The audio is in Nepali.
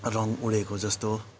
रङ उडेको जस्तो